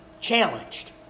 Challenged